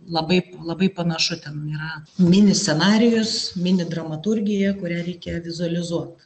labai labai panašu ten yra mini scenarijus mini dramaturgija kurią reikia vizualizuot